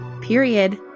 period